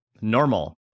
normal